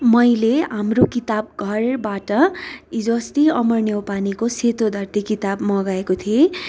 मैले हाम्रो किताबघरबाट हिजोअस्ति अमर न्यौपानेको सेतो धरती किताब मगाएको थिएँ